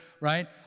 right